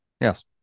Yes